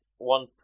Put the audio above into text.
One